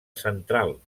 central